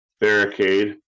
barricade